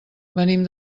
venim